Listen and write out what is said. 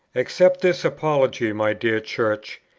accept this apology, my dear church,